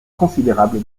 considérable